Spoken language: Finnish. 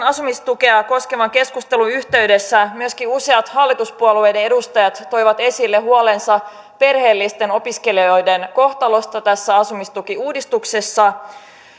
asumistukea koskevan keskustelun yhteydessä myöskin useat hallituspuolueiden edustajat toivat esille huolensa perheellisten opiskelijoiden kohtalosta tässä asumistukiuudistuksessa